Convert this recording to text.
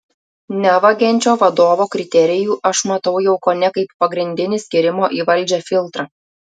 nevagiančio vadovo kriterijų aš matau jau kone kaip pagrindinį skyrimo į valdžią filtrą